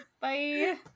bye